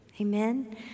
Amen